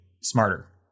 smarter